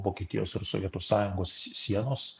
vokietijos ir sovietų sąjungos sienos